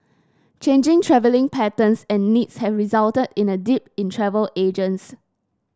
changing travelling patterns and needs have resulted in a dip in travel agents